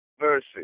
Mercy